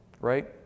right